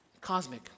cosmic